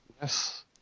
Yes